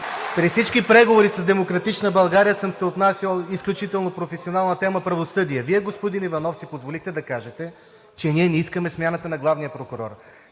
При всички преговори с „Демократична България“ съм се отнасял изключително професионално на темата „Правосъдие“. Вие, господин Иванов, си позволихте да кажете, че ние не искаме смяната на главния прокурор.